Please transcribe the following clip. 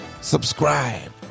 subscribe